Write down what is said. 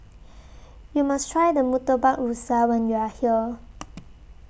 YOU must Try The Murtabak Rusa when YOU Are here